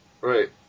Right